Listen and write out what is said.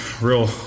real